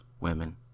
women